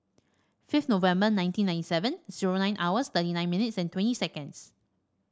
fifth November nineteen ninety seven zero nine hours thirty nine minutes and twenty seconds